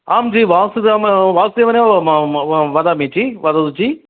आं जि वासुदाम वासुदेवनेव वदामि जि वदतु जि